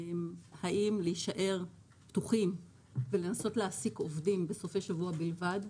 האם להישאר פתוחים ולנסות להעסיק עובדים בסופי שבוע בלבד,